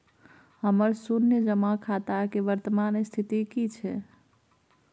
हमर शुन्य जमा खाता के वर्तमान स्थिति की छै?